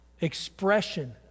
expression